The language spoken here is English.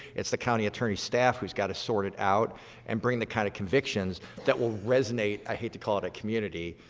it's the county attorney staff who has got to sort it out and bring the kind of convictions that will resonate, i hate to call it a community,